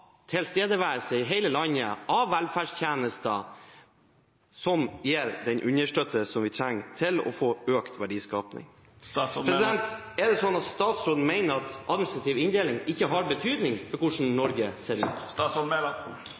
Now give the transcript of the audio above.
tilstedeværelse i hele landet av velferdstjenester som gir den understøttelsen vi trenger for å få økt verdiskaping. Mener statsråden at administrativ inndeling ikke har betydning for hvordan Norge ser ut?